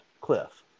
cliff